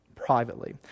privately